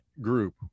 group